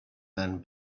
and